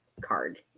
card